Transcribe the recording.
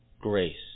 Grace